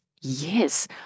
yes